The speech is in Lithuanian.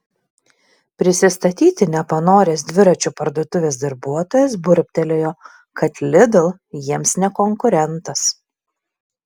prisistatyti nepanoręs dviračių parduotuvės darbuotojas burbtelėjo kad lidl jiems ne konkurentas